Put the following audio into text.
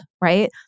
right